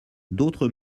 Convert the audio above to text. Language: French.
d’autres